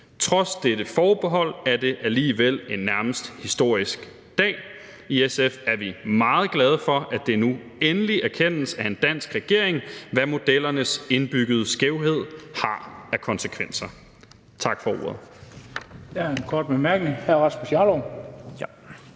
Trods dette forbehold er det alligevel nærmest en historisk dag. I SF er vi meget glade for, at det nu endelig erkendes af en dansk regering, hvad modellernes indbyggede skævhed har af konsekvenser. Tak for ordet.